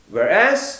Whereas